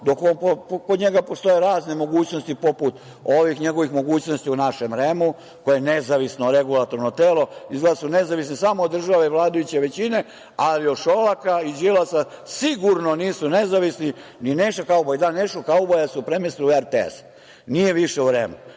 dok kod njega postoje razne mogućnosti, poput ovih njegovih mogućnosti u našem REM-u, koje je nezavisno regulatorno telo. Izgleda su nezavisni samo od države i vladajuće većine, ali od Šolaka i Đilasa sigurno nisu nezavisni, ni Neša kauboj. Da, Nešu kauboja su premestili u RTS, nije više u REM-u.